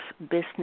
business